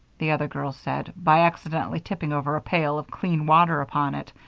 the other girls said, by accidentally tipping over a pail of clean water upon it,